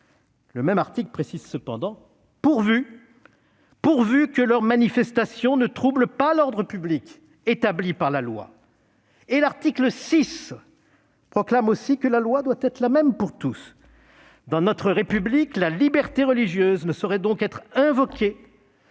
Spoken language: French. Au même article, il est précisé cependant :«... pourvu que leur manifestation ne trouble pas l'ordre public établi par la Loi ». À l'article VI, il est proclamé également que la loi « doit être la même pour tous ». Dans notre République, la liberté religieuse ne saurait donc être invoquée